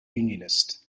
unionist